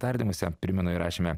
tardymuose primenu įrašėme